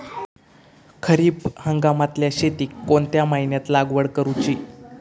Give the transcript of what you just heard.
खरीप हंगामातल्या शेतीक कोणत्या महिन्यात लागवड करूची?